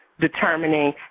determining